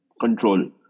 Control